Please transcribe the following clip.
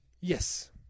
Yes